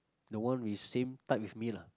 the one which same type with me lah